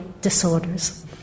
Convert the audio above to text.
disorders